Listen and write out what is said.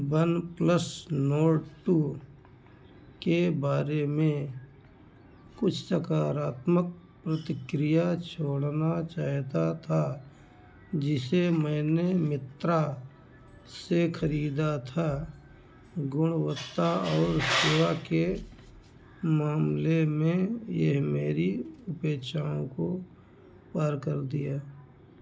बस OnePlus Nord two के बारे में कुछ सकारात्मक प्रतिक्रिया छोड़ना चाहता था जिसे मैंने मित्रा से खरीदा था गुणवत्ता और सेवा के मामले में यह मेरी अपेक्षाओं को पार कर गया